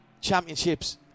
championships